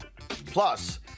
Plus